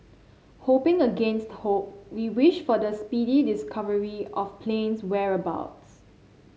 hoping against hope we wish for the speedy discovery of plane's whereabouts